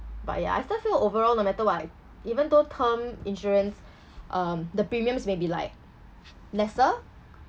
but ya I still feel overall no matter what even though term insurance um the premiums may be like lesser